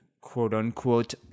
quote-unquote